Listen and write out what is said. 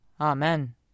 Amen